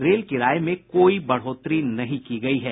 rail किराये में कोई बढोत्तरी नहीं की गयी है